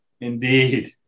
Indeed